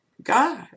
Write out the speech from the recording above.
god